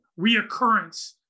reoccurrence